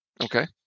Okay